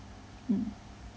mm